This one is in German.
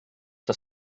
das